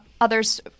others